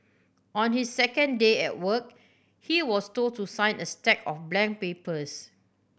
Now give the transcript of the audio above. on his second day at work he was told to sign a stack of blank papers